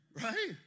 right